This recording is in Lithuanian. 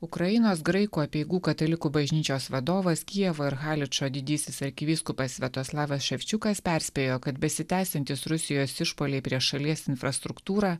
ukrainos graikų apeigų katalikų bažnyčios vadovas kijevo ir haličo didysis arkivyskupas sviatoslavas šepčiukas perspėjo kad besitęsiantis rusijos išpuoliai prieš šalies infrastruktūrą